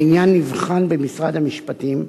העניין נבחן במשרד המשפטים,